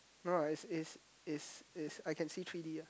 no ah it's it's it's it's I can say three D ah